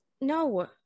No